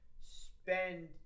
spend